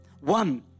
One